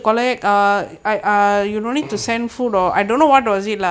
mm